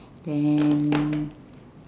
then